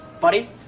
Buddy